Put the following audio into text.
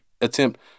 attempt